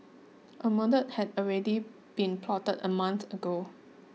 a murder had already been plotted a month ago